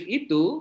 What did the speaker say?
itu